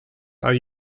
are